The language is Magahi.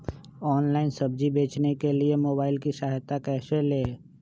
ऑनलाइन सब्जी बेचने के लिए मोबाईल की सहायता कैसे ले?